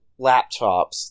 laptops